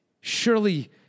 surely